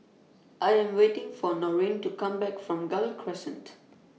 I Am waiting For Norine to Come Back from Gul Crescent